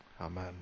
Amen